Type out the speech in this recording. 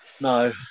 No